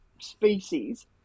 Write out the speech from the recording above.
species